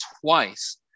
twice